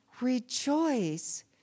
Rejoice